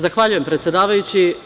Zahvaljujem, predsedavajući.